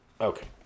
Okay